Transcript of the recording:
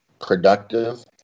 productive